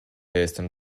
jestem